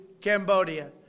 Cambodia